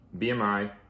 BMI